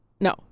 no